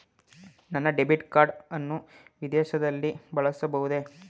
ನನ್ನ debit card ಅನ್ನು ವಿದೇಶದಲ್ಲಿ ಬಳಸಬಹುದೇ?